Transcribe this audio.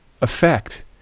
effect